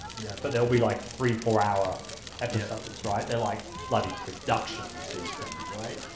but there'll be like, three, four hour episodes, right? they're like bloody productions these things, right?